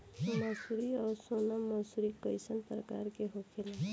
मंसूरी और सोनम मंसूरी कैसन प्रकार होखे ला?